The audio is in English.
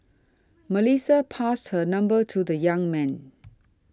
Melissa passed her number to the young man